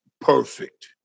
Perfect